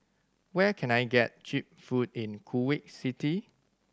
where can I get cheap food in Kuwait City